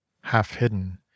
half-hidden